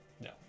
No